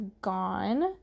gone